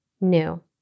new